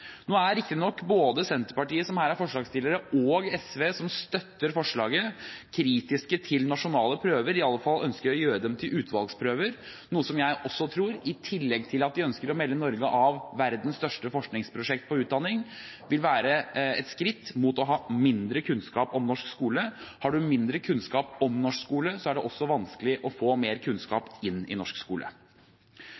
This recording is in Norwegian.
Nå er riktignok både Senterpartiet, som her er forslagsstiller, og SV, som støtter forslaget, kritiske til nasjonale prøver. I alle fall ønsker de å gjøre dem til utvalgsprøver, noe som jeg tror – i tillegg til at de ønsker å melde Norge av verdens største forskningsprosjekt innen utdanning – vil være et skritt mot å ha mindre kunnskap om norsk skole. Har man mindre kunnskap om norsk skole, er det også vanskelig å få mer